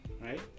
Right